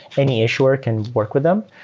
any issuer can work with them,